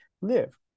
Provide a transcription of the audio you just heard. live